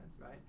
right